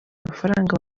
mafaranga